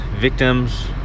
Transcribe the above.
victims